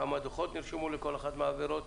כמה דוחות נרשמו לכל אחת מהעבירות.